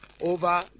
over